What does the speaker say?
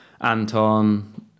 Anton